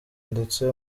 ndetse